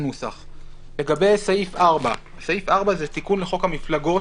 לגבי סעיף 4 שהוא תיקון לחוק המפלגות,